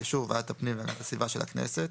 באישור ועדת הפנים והגנת הסביבה של הכנסת,